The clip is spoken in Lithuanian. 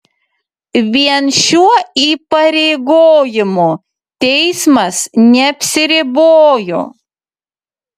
vien šiuo įpareigojimu teismas neapsiribojo